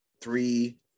three